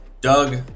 Doug